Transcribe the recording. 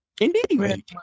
Indeed